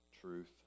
truth